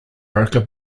broker